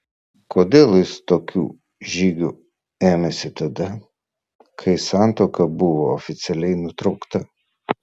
kodėl jis tokių žygių ėmėsi tada kai santuoka buvo oficialiai nutraukta